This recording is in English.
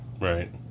Right